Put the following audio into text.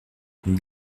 une